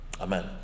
Amen